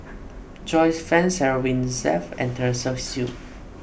Joyce Fan Sarah Winstedt and Teresa Hsu